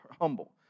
humble